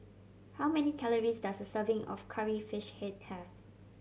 how many calories does a serving of Curry Fish Head have